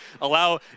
allow